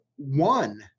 One